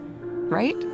right